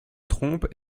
trompent